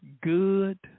good